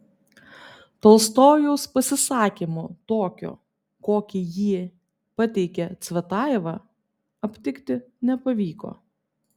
tolstojaus pasisakymo tokio kokį jį pateikė cvetajeva aptikti nepavyko